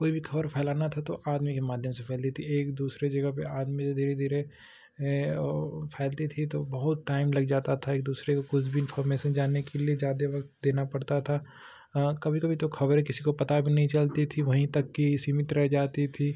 कोई भी खबर फैलानी थी तो आदमी के माध्यम से फैलती थी एक दूसरी जगह पर आदमी से धीरे धीरे वह फैलती थी तो बहुत टाइम लग जाता था एक दूसरे को कुछ भी इन्फ़ॉर्मेशन जानने के लिए ज़्यादा वक्त देना पड़ता था कभी कभी तो खबरें किसी को पता भी नहीं चलती थीं वहीं तक ही सीमित रह जाती थीं